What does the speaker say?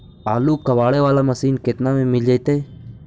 आलू कबाड़े बाला मशीन केतना में मिल जइतै?